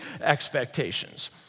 expectations